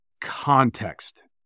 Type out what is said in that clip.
context